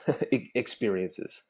experiences